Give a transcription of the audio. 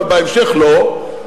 אבל בהמשך לא,